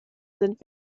sind